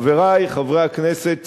חברי חברי הכנסת,